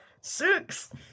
Six